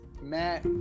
Matt